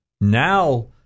now